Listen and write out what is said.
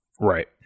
right